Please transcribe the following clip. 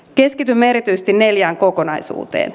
keskitymme erityisesti neljään kokonaisuuteen